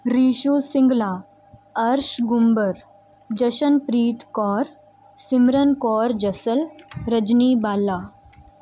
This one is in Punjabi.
ਰੀਸ਼ੂ ਸਿੰਘਲਾ ਅਰਸ਼ ਗੁੰਬਰ ਜਸ਼ਨਪ੍ਰੀਤ ਕੌਰ ਸਿਮਰਨ ਕੌਰ ਜੱਸਲ ਰਜਨੀ ਬਾਲਾ